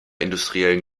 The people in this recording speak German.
industriellen